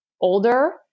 older